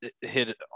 hit